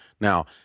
Now